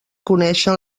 coneixen